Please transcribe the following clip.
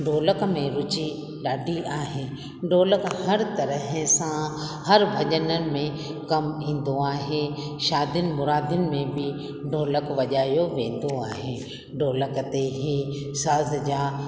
ढोलक में रुची ॾाढी आहे ढोलकु हर तरह सां हर भॼन में कमु ईंदो आहे शादियुनि मुरादियुनि में बि ढोलकु वॼायो वेंदो आहे ढोलक ते ई साज़ जा